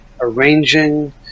arranging